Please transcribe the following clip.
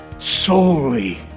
solely